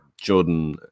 Jordan